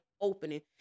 opening